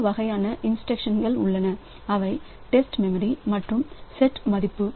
இரண்டு வகையான இன்ஸ்டிரக்ஷன்ஸ் உள்ளன அவை டெஸ்ட் மெமரி மற்றும் செட் மதிப்பு